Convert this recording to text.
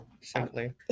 simply